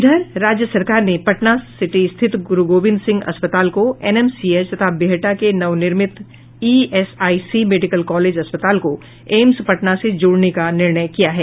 इधर राज्य सरकार ने पटना सिटी स्थित गुरु गोविंद सिंह अस्पताल को एनएमसीएच तथा बिहटा के नवनिर्मित ईएसआईसी मेडिकल कॉलेज अस्पताल को एम्स पटना से जोड़ने का निर्णय किया है